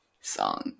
song